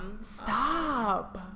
Stop